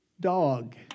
dog